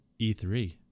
E3